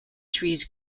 trees